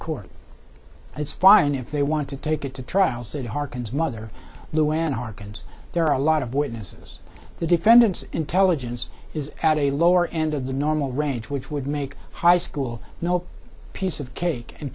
court it's fine if they want to take it to trial said harkins mother luana hearkens there are a lot of witnesses the defendants intelligence is at a lower end of the normal range which would make high school no piece of cake